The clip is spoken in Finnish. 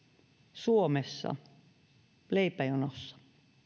suomessa leipäjonossa